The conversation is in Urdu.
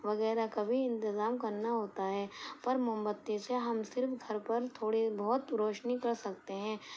وغیرہ کا بھی انتظام کرنا ہوتا ہے پر موم بتی سے ہم صرف گھر پر تھوڑی بہت روشنی کر سکتے ہیں